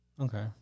Okay